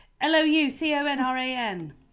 L-O-U-C-O-N-R-A-N